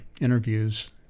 interviews